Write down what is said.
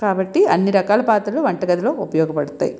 కాబట్టి అన్నీ రకాల పాత్రలు వంట గదిలో ఉపయోగపడుతాయి